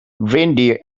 reindeer